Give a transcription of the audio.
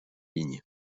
lignes